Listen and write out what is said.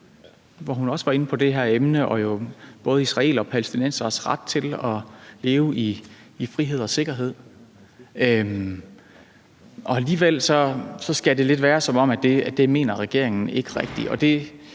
hvor hun også var inde på det her emne og jo både israeleres og palæstinenseres ret til at leve i frihed og sikkerhed. Alligevel skal det lidt være, som om regeringen ikke rigtig